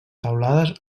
teulades